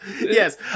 Yes